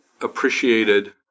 appreciated